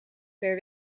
per